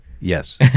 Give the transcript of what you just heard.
Yes